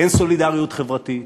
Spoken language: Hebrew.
אין סולידריות חברתית,